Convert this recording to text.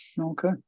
Okay